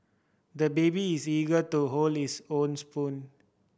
the baby is eager to hold his own spoon